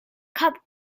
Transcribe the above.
cup